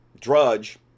Drudge